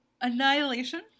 Annihilation